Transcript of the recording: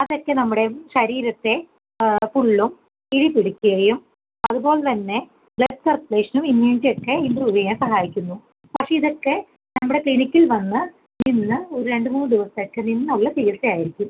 അതൊക്കെ നമ്മുടെ ശരീരത്തെ ഫുള്ളും കിഴി പിടിക്കുകയും അതുപോലെ തന്നെ ബ്ലഡ് സർക്കുലേഷനും ഇമ്മ്യൂണിറ്റി ഒക്കെ ഇമ്പ്രൂവ് ചെയ്യാൻ സഹായിക്കുന്നു പക്ഷേ ഇതൊക്കെ നമ്മുടെ ക്ലിനിക്കിൽ വന്ന് നിന്ന് ഒരു രണ്ട് മൂന്ന് ദിവസമൊക്കെ നിന്നുള്ള ചികിത്സ ആയിരിക്കും